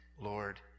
Lord